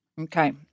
Okay